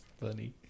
funny